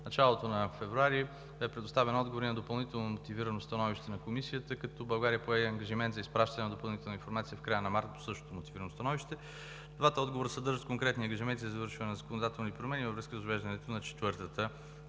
началото на месец февруари 2019 г. е предоставен отговор и на допълнителното мотивирано становище на Комисията, като България пое ангажимент за изпращане на допълнителна информация в края на март по същото мотивирано становище. Двата отговора съдържат конкретни ангажименти за извършване на законодателни промени във връзка с въвеждането на четвъртата директива